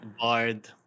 Bard